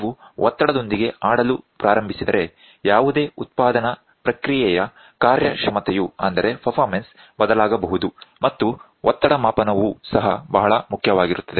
ನೀವು ಒತ್ತಡದೊಂದಿಗೆ ಆಡಲು ಪ್ರಾರಂಭಿಸಿದರೆ ಯಾವುದೇ ಉತ್ಪಾದನಾ ಪ್ರಕ್ರಿಯೆಯ ಕಾರ್ಯಕ್ಷಮತೆಯು ಬದಲಾಗಬಹುದು ಮತ್ತು ಒತ್ತಡಮಾಪನವು ಸಹ ಬಹಳ ಮುಖ್ಯವಾಗಿರುತ್ತದೆ